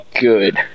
good